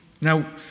Now